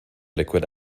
liquid